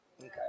Okay